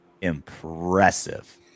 impressive